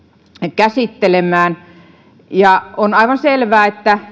käsittelemään on aivan selvää että